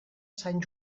sant